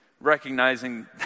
recognizing